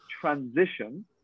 transition